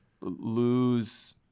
lose